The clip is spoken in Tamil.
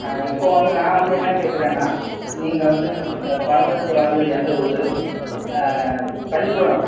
இப்போது வந்து நான் வந்து என்ன கேட்றேனா நீங்கள் வந்து பிறந்தது வளர்ந்தது எந்த ஊர் பள்ளிக்கூடம்